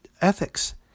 Ethics